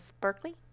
berkeley